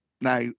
now